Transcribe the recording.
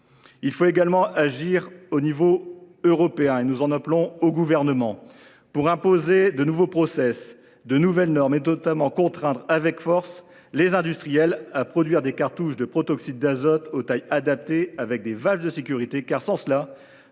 il faut également agir au niveau européen – nous en appelons, sur ce point, au Gouvernement – pour imposer de nouveaux, de nouvelles normes, et contraindre avec force les industriels à produire des cartouches de protoxyde d’azote aux tailles adaptées, comportant des valves de sécurité. Sans cela,